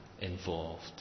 involved